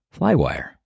Flywire